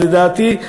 ולדעתי,